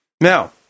now